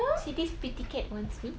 see this pretty cat wants me